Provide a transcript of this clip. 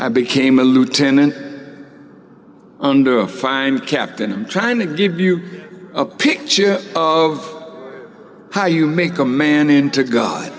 i became a lieutenant under a fine captain i'm trying to give you a picture of how you make a man into god